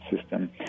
system